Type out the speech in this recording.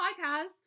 podcast